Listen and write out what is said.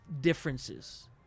differences